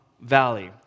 Valley